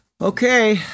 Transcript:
Okay